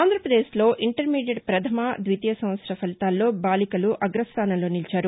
ఆంధ్రప్రదేశ్లో ఇంటర్మీడియెట్ ప్రథమ ద్వితీయ సంవత్సర ఫలితాల్లో బాలికలు అగ్రస్థానంలో నిలిచారు